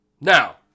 Now